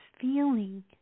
feeling